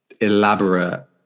elaborate